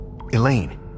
Elaine